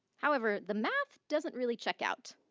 however, the math doesn't really check out.